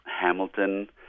Hamilton